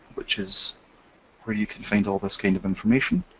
which is where you can find all this kind of information,